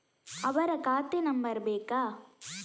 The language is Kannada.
ಅವರ ಖಾತೆ ನಂಬರ್ ಬೇಕಾ?